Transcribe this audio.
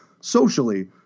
socially